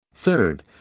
Third